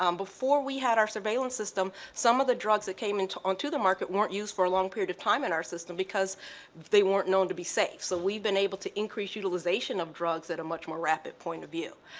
um before we had our surveillance system some of the drugs that came and onto the market won't used for a long period of time in our system because they weren't known to be safe so we've been able to increase utilization of drugs at a much more rapid point of view,